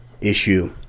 issue